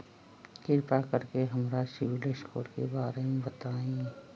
कृपा कर के हमरा सिबिल स्कोर के बारे में बताई?